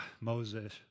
Moses